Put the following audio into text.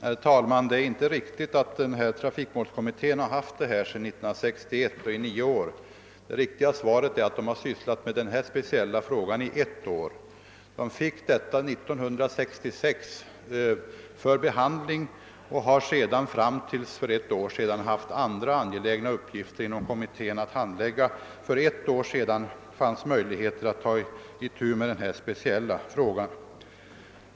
Herr talman! Det är inte riktigt att trafikmålskommittén har haft denna speciella fråga under utredning sedan 1961, utan kommittén har endast sysslat med den i ett år. Kommittén fick in ärendet för behandling 1966 men den har ända tills för ett år sedan haft andra angelägna uppgifter att handlägga.